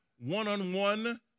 one-on-one